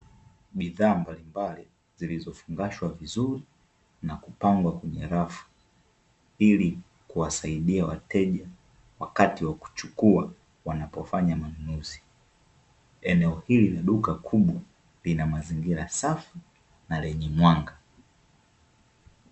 Bidhaa mbalimbali zilizofungashwa vizuri na kupangwa kwenye rafu ili kuwasaidia wateja wakati wa kuchukua wanapofanya manunuzi, eneo hili la duka kubwa lina mazingira safi na lenye mwanga .